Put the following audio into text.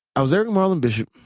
i was eric marlin bishop,